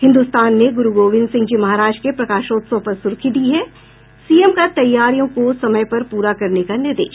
हिन्दुस्तान ने गुरू गोविंद सिंह महाराज के प्रकाशोत्सव पर सुर्खी दी है सीएम का तैयारियों को समय पर पूरा करने का निर्देश